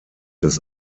des